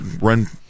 run